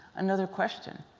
another question.